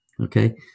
Okay